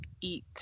eat